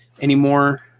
anymore